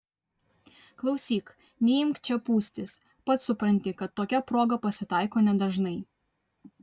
klausyk neimk čia pūstis pats supranti kad tokia proga pasitaiko nedažnai